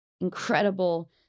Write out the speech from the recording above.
incredible